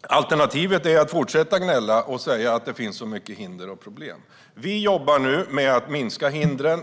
Alternativet är att fortsätta att gnälla och säga att det finns så mycket hinder och problem. Vi jobbar nu med att minska hindren.